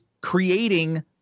creating